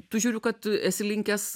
tu žiūriu kad esi linkęs